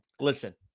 listen